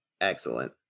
excellent